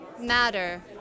matter